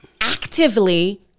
actively